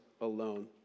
alone